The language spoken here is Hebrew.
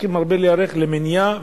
צריכים הרבה להיערך למניעה,